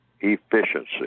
efficiency